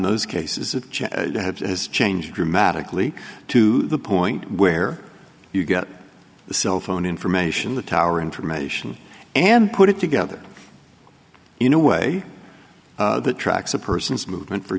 those cases has changed dramatically to the point where you get the cell phone information the tower information and put it together in a way that tracks a person's movement for